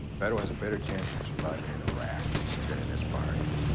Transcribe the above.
beto has a better chance of surviving in iraq than in this barrio.